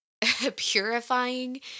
purifying